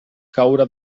caure